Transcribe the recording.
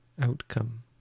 outcome